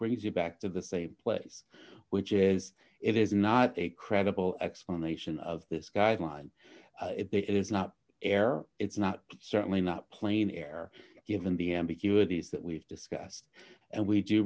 appraiser back to the same place which is it is not a credible explanation of this guideline it is not fair it's not certainly not plain air given the ambiguities that we've discussed and we do